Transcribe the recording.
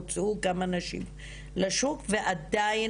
הוצאו גם אנשים לשוק ועדיין,